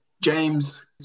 James